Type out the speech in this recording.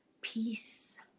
peace